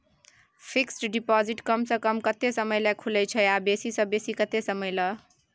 Fixed deposit कम स कम कत्ते समय ल खुले छै आ बेसी स बेसी केत्ते समय ल?